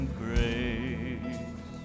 grace